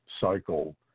cycle